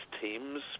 teams